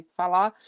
falar